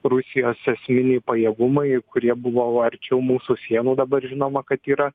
rusijos esminiai pajėgumai kurie buvo arčiau mūsų sienų dabar žinoma kad yra